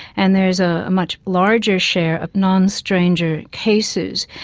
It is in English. and there's a much larger share of non-stranger cases.